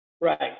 Right